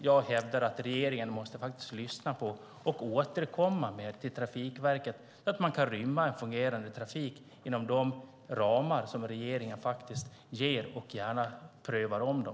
Jag hävdar att regeringen måste lyssna på detta och återkomma till Trafikverket så att en fungerande trafik kan rymmas inom de ramar som regeringen faktiskt ger, och man kan gärna ompröva dem.